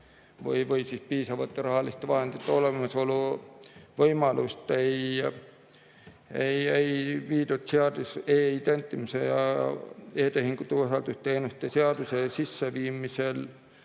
ja piisavate rahaliste vahendite olemasolu võimalust ei viidud e-identimise ja e-tehingute usaldusteenuste seadusesse kohe